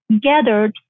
gathered